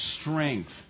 strength